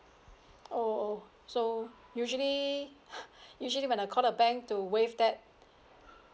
oh oh so usually usually when I call the bank to waive that